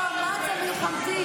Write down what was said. איפה את היית בקדנציה קודמת?